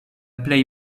plej